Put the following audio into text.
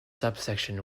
subsection